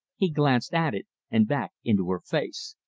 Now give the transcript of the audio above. he glanced at it and back into her face.